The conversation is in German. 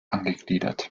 angegliedert